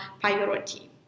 priority